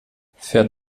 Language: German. fährt